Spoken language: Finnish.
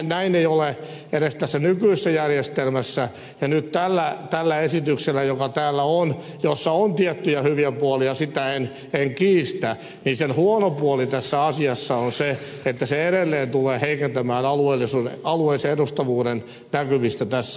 näin ei ole edes tässä nykyisessä järjestelmässä ja nyt tämän esityksen joka täällä on jossa on tiettyjä hyviä puolia sitä en kiistä huono puoli on se että se edelleen tulee heikentämään alueellisen edustavuuden näkymistä tässä salissa